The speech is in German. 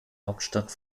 hauptstadt